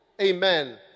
Amen